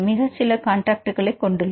மிக சில காண்டாக்ட் கொண்டுள்ளது